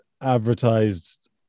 advertised